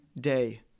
day